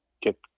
get